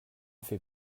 fait